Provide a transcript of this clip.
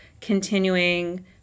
continuing